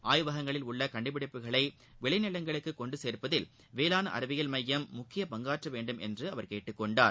ஆய்வகங்களில் உள்ள கண்டுபிடிப்புகளை விளைநிலங்களுக்கு கொண்டு னேப்பதில் வேளாண் அறிவியல் மையம் முக்கிய பங்காற்ற வேண்டும் என்று அவர் கேட்டுக்கொண்டார்